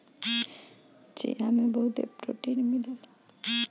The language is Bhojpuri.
चिया में बहुते प्रोटीन मिलेला